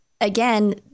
again